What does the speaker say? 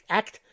act